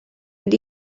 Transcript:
mynd